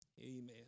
Amen